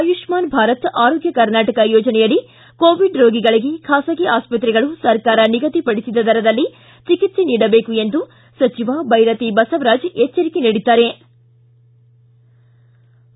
ಆಯುಷ್ಠಾನ್ ಭಾರತ ಆರೋಗ್ಯ ಕರ್ನಾಟಕ ಯೋಜನೆಯಡಿ ಕೋವಿಡ್ ರೋಗಿಗಳಿಗೆ ಖಾಸಗಿ ಆಸ್ತ್ರೆಗಳು ಸರ್ಕಾರ ನಿಗದಿಪಡಿಸಿದ ದರದಲ್ಲಿ ಚಿಕಿತ್ಸೆ ನೀಡಬೇಕು ಎಂದು ಸಚಿವ ಬೈರತಿ ಬಸವರಾಜ್ ಎಚ್ವರಿಕೆ ದಾವಣಗೆರೆಯಲ್ಲಿ ನಿನ್ನೆ ಹೇಳಿದ್ದಾರೆ